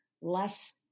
less